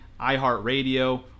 iHeartRadio